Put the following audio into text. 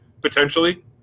Potentially